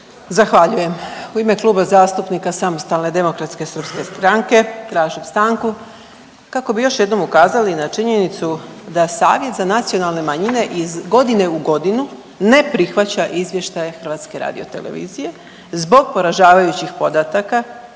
Zahvaljujem. U ime Kluba zastupnika Samostalne demokratske srpske stranke tražim stanku kako bi još jednom ukazali na činjenicu da Savjet za nacionalne manjine iz godine u godinu ne prihvaća izvještaje HRT-e zbog poražavajućih podataka